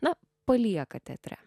na palieka teatre